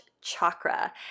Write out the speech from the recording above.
chakra